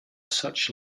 such